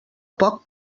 poc